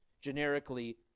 generically